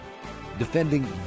Defending